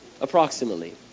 approximately